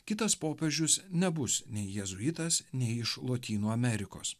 kitas popiežius nebus nei jėzuitas nei iš lotynų amerikos